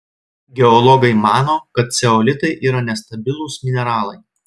geologai mano kad ceolitai yra nestabilūs mineralai